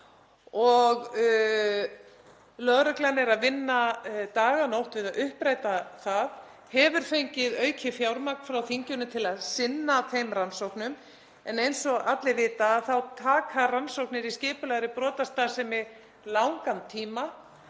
og lögreglan er að vinna dag og nótt við að uppræta það. Hún hefur fengið aukið fjármagn frá þinginu til að sinna þeim rannsóknum en eins og allir vita þá taka rannsóknir á skipulagðri brotastarfsemi langan tíma